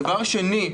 דבר שני,